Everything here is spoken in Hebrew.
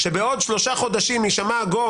שבעוד שלושה חודשים מהישמע הגונג,